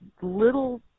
little